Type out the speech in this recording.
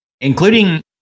Including